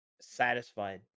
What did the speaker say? satisfied